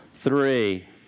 Three